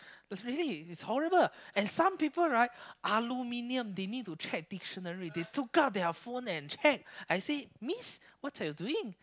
really it's horrible and some people right aluminium they need to check dictionary they took out their phone and check I said Miss what are you doing